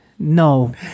No